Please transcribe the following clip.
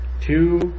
Two